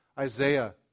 Isaiah